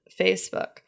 Facebook